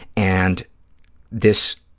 and this,